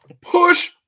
push